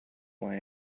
lie